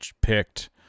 picked